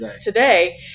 today